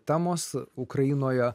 temos ukrainoje